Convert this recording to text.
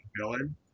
villain